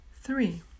Three